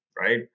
right